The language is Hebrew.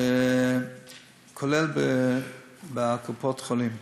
כולל קופות-החולים.